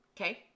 Okay